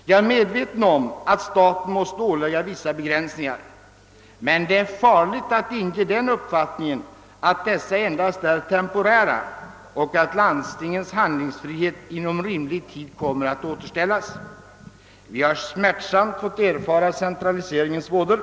Jag är medveten om att staten måste ålägga landstingen vissa begränsningar, men det är farligt att inge folk den uppfattningen, att dessa begränsningar endast skulle vara temporära och att landstingens handlingsfrihet inom rimlig tid skulle komma att återställas. Vi har smärtsamt fått erfara centraliseringens vådor.